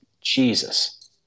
Jesus